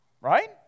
Right